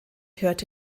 hörte